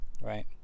right